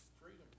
Freedom